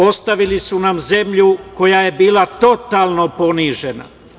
Ostavili su nam zemlju koja je bila totalno ponižena.